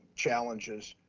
challenges.